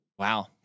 Wow